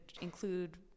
include